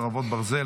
חרבות ברזל),